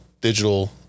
digital